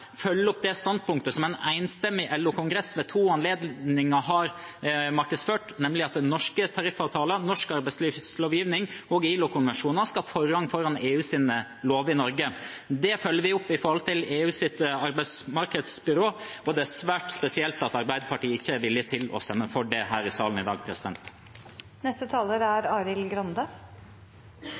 følger opp det standpunktet som en enstemmig LO-kongress ved to anledninger har markedsført, nemlig at norske tariffavtaler, norsk arbeidslivslovgivning og ILO-konvensjoner skal ha forrang foran EUs lover i Norge. Det følger vi opp når det gjelder EUs arbeidsmarkedsbyrå, og det er svært spesielt at Arbeiderpartiet ikke er villig til å stemme for det her i salen i dag. Forskjellen mellom vårt forslag og Senterpartiet og SVs forslag nr. 2 og nr. 3 er